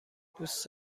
دوست